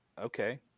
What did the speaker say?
okay